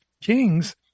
kings—